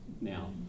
now